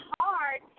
hard